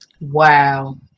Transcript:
Wow